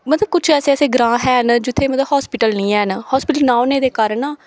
मतलब कुछ ऐसे ऐसे ग्रांऽ हैन जित्थे मतलब हास्पिटल नी हैन हास्पिटल ना होने दे कारण